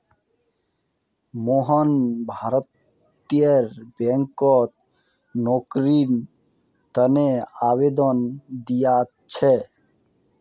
मोहन भारतीय बैंकत नौकरीर तने आवेदन दिया छे